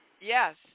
Yes